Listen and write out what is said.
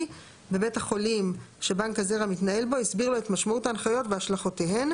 בבית החולים שבנק הזרע מתנהל בו הסביר לו את משמעות ההנחיות והשלכותיהן.